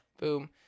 Boom